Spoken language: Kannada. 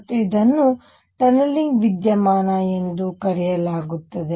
ಮತ್ತು ಇದನ್ನು ಟನಲಿಂಗ್ ವಿದ್ಯಮಾನ ಎಂದು ಕರೆಯಲಾಗುತ್ತದೆ